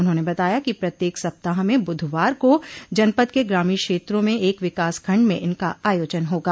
उन्होंने बताया कि प्रत्येक सप्ताह में ब्धवार को जनपद के ग्रामीण क्षेत्रों में एक विकास खंड में इनका आयोजन होगा